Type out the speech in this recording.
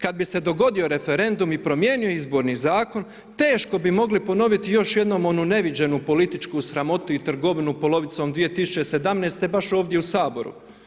Kada bi se dogodio referendum i promijenio Izborni zakon teško bi mogli ponoviti još jednom onu neviđenu političku sramotu i trgovinu polovicom 2017. baš ovdje u Saboru.